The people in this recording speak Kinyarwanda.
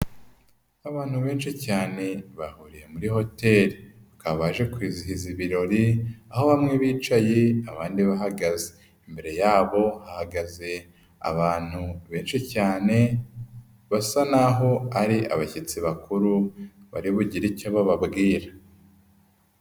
Abantu benshi cyane bahuriye muri hoteli. Bakaba baje kwizihiza ibirori, aho bamwe bicaye abandi bahagaze. Imbere yabo hahagaze abantu benshi cyane, basa naho ari abashyitsi bakuru, bari bugire icyo bababwira.